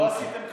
לא עשיתם כלום.